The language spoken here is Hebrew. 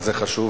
אבל זה חשוב,